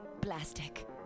plastic